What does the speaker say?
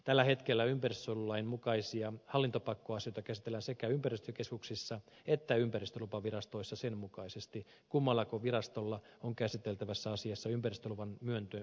tällä hetkellä ympäristönsuojelulain mukaisia hallintopakkoasioita käsitellään sekä ympäristökeskuksissa että ympäristölupavirastoissa sen mukaisesti kummallako virastolla on käsiteltävässä asiassa ympäristöluvan myöntämistoimivalta